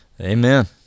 Amen